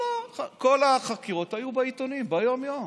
כל החקירות היו בעיתונים ביום-יום.